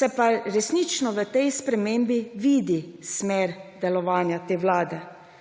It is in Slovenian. se pa resnično v tej spremembi vidi smer delovanja te vlade.